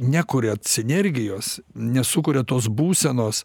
nekuria sinergijos nesukuria tos būsenos